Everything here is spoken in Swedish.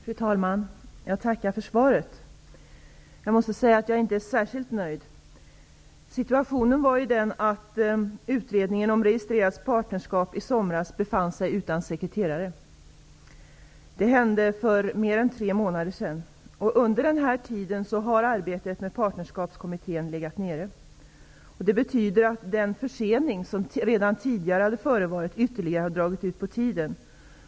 Herr talman! Jag tackar för svaret. Jag är inte särskilt nöjd. Situationen var den att utredningen om registrerat partnerskap befann sig i somras utan sekretare. Det hände för mer än 3 månader sedan. Under den här tiden har arbetet i Partnerskapskommittén legat nere, vilket betyder att den försening som redan tidigare förelåg ytterligare har dragit ut på tiden.